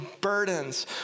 burdens